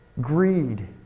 Greed